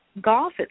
golf